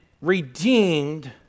redeemed